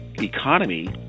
economy